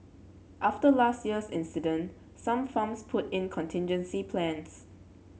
after last year's incident some farms put in contingency plans